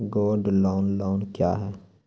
Gold loan loan क्या हैं?